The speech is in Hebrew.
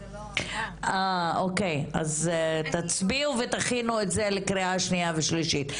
אז זה לא --- אה אוקיי אז תצביעו ותכינו את זה לקריאה שניה ושלישית.